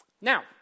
Now